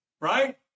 Right